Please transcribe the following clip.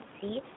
see